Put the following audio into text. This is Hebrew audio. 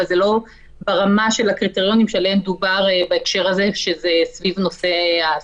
אבל זה לא ברמה של הקריטריונים שעליהם דובר בהקשר הזה סביב נושא ההעסקה.